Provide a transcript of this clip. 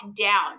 down